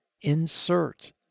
insert